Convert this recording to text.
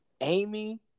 Amy